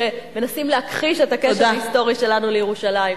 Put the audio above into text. שמנסים להכחיש את הקשר ההיסטורי שלנו לירושלים.